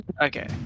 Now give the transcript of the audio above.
Okay